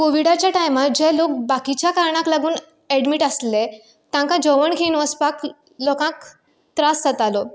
कोविडाच्या टायमार जे लोक बाकिच्या कारणाक लागून एडमिट आसले तांका जेवण घेन वचपाक लोकांक त्रास जातालो